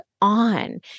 on